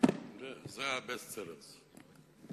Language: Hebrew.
זה ה-best sellers,